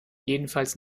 jedenfalls